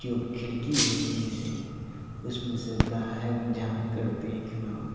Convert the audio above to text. جو کھڑکی ہوتی ہے اس میں سے باہر جھانک کر دیکھنا